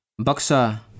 Baksa